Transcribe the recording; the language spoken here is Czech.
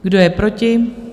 Kdo je proti?